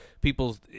people's